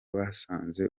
basanze